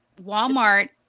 Walmart